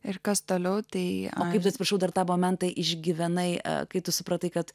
ir kas toliau tai kaip atsiprašau dar tą momentą išgyvenai kai tu supratai kad